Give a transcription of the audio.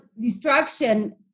destruction